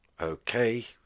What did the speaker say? Okay